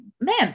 Man